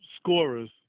scorers